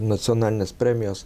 nacionalinės premijos